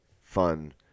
fun